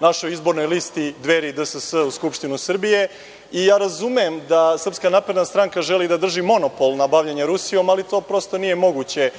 našoj izbornoj listi Dveri – DSS u Skupštinu Srbije. Ja razumem da SNS želi da drži monopol na bavljenje Rusijom, ali to prosto nije moguće.